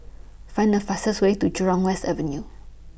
Find The fastest Way to Jurong West Avenue